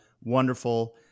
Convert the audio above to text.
Wonderful